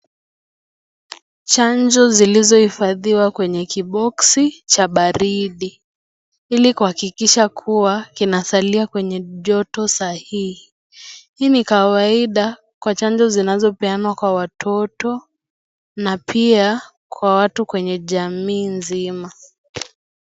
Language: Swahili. Chanjo zilizohifadhiwa kwenye kiboxi cha baridi ili kuhakikisha kuwa kina salia kwenye joto sahihi. Hii ni kawaida kwa chanjo zinazopeanwa kwa watoto na pia kwa watu kwenye jamii nzima.